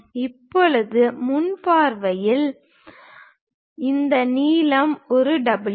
இப்போது முன் பார்வையில் இந்த நீளம் ஒரு W